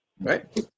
right